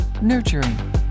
Nurturing